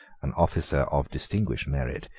an officer of distinguished merit,